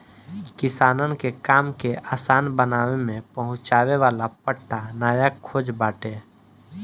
किसानन के काम के आसान बनावे में पहुंचावे वाला पट्टा नया खोज बाटे